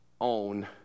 own